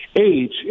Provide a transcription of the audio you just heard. age